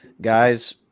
Guys